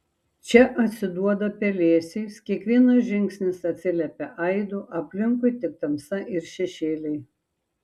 čia atsiduoda pelėsiais kiekvienas žingsnis atsiliepia aidu aplinkui tik tamsa ir šešėliai